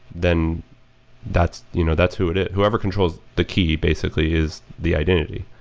then that's you know that's who whoever controls the key basically is the identity.